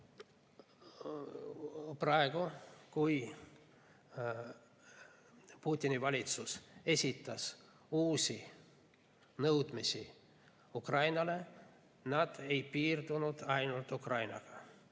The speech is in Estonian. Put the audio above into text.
Nüüd, kui Putini valitsus esitas uusi nõudmisi Ukrainale, ei piirdunud nad ainult Ukrainaga.